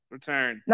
Return